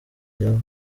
byatewe